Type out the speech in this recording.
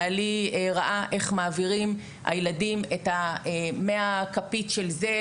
בעלי ראה איך הילדים מעבירים מהכפית של זה,